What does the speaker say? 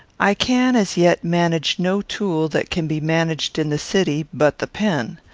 i can, as yet, manage no tool, that can be managed in the city, but the pen.